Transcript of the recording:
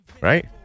right